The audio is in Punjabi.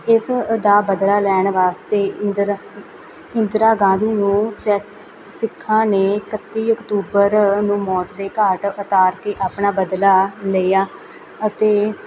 ਇਸ ਦਾ ਬਦਲਾ ਲੈਣ ਵਾਸਤੇ ਇੰਦਰ ਇੰਦਰਾ ਗਾਂਧੀ ਨੂੰ ਸਿਖ ਸਿੱਖਾਂ ਨੇ ਇਕੱਤੀ ਅਕਤੂਬਰ ਨੂੰ ਮੌਤ ਦੇ ਘਾਟ ਉਤਾਰ ਕੇ ਆਪਣਾ ਬਦਲਾ ਲਿਆ ਅਤੇ